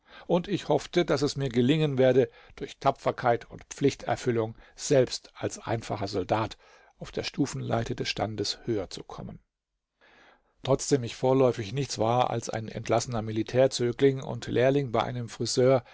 und ich hoffte daß es mir gelingen werde durch tapferkeit und pflichterfüllung selbst als einfacher soldat auf der stufenleiter des standes höher zu kommen trotzdem ich vorläufig nichts war als ein entlassener militärzögling und lehrling bei einem friseur